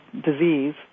disease